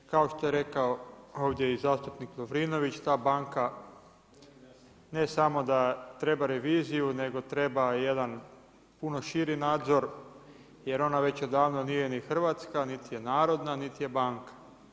Kao što je rekao ovdje i zastupnik Lovrinović ta banka ne samo da treba reviziju nego treba jedan puno širi nadzor jer onda već odavno nije niti hrvatska niti je narodna niti je banka.